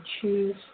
choose